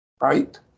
right